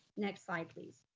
next slide, please.